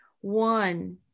One